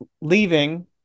leaving